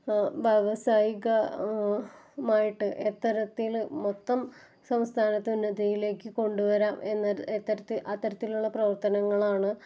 വ്യവസായിക മായിട്ട് എത്രത്തിൽ മൊത്തം സംസ്ഥാനത്ത് ഉന്നതിയിലേക്ക് കൊണ്ടുവരാന് എന്ന് എത്തര അത്തരത്തിലുള്ള പ്രവര്ത്തനങ്ങളാണ്